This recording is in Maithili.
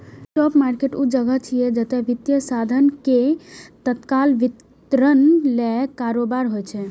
स्पॉट मार्केट ऊ जगह छियै, जतय वित्तीय साधन के तत्काल वितरण लेल कारोबार होइ छै